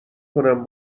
کنم